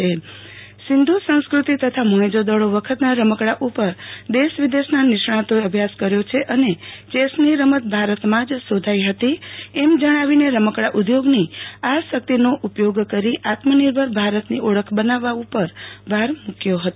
તેમણે સિંધુ સંસ્કૃતિ તથા મોહેજોદારો વખતનારમકડા ઉપર દેશ વિદેશના નિષ્ણાંતોએ અભ્યાસ કર્યો છે અને ચેસની રમત ભારતમાં જ શોધાઇહતી તેમ જણાવીને રમકડા ઉદ્યોગની આ શકિતનો ઉપયોગ કરી આત્મનિર્ભર ભારતની ઓળખ બનાવવા કરવાઉપર ભાર મુકથો હતો